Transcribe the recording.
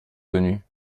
venu